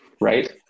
Right